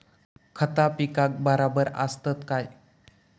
खता पिकाक बराबर आसत काय?